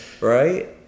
right